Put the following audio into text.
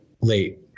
late